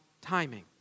timing